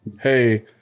hey